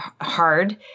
hard